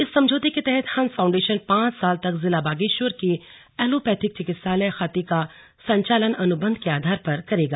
इस समझौते के तहत हंस फाउंडेशन पांच साल तक जिला बागेश्वर के एलोपैथिक चिकित्सालय खाती का संचालन अनुबंध के आधार पर करेगा